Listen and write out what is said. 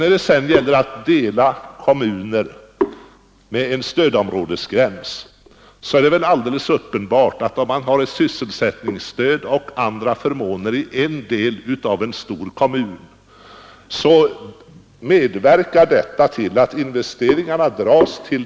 När det sedan gäller att dela kommuner med en stödområdesgräns, så är det väl alldeles uppenbart att om man har ett sysselsättningsstöd och andra förmåner i en del av kommunen, så medverkar detta till att investeringarna dras dit.